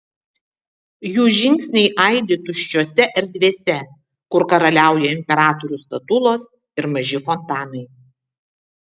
jų žingsniai aidi tuščiose erdvėse kur karaliauja imperatorių statulos ir maži fontanai